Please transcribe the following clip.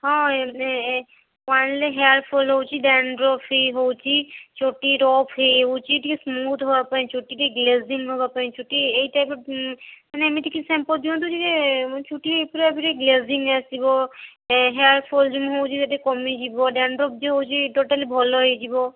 ହଁ ଏ ନେ ଓନ୍ଲି ହେୟାର୍ ଫଲ୍ ହେଉଛି ଡେଣ୍ଡ୍ରଫ୍ ବି ହେଉଛି ଚୁଟି ରଫ୍ ହେଇଯାଉଛି ଟିକେ ସ୍ମୁଥ୍ ହେବାପାଇଁ ଚୁଟି ଟିକେ ଗ୍ଲେଜିଂ ବି ହେବାପାଇଁ ଚୁଟି ଏଇ ଟାଇପ୍ର ମାନେ ଏମିତି କିଛି ସେମ୍ପୋ ଦିଅନ୍ତୁ ଟିକେ ମୋ ଚୁଟି ପୁରା ପୁରି ଗ୍ଲେଜିଂ ଆସିବ ଏ ହେୟାର୍ ଫଲ୍ ଯେମିତି କମିଯିବ ଡେଣ୍ଡ୍ରଫ୍ ଯୋଉ ହେଉଛି ଟୋଟାଲି ଭଲ ହେଇଯିବ